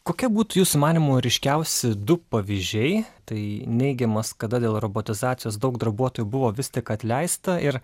kokia būtų jūsų manymu ryškiausi du pavyzdžiai tai neigiamas kada dėl robotizacijos daug darbuotojų buvo vis tik atleista ir